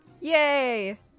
Yay